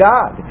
God